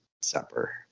supper